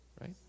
right